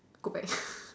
go back